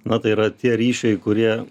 na tai yra tie ryšiai kurie